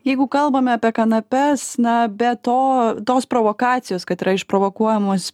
jeigu kalbame apie kanapes na be to tos provokacijos kad yra išprovokuojamos